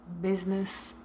business